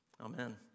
Amen